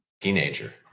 teenager